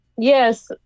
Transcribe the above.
Yes